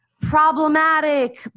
problematic